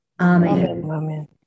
Amen